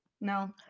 no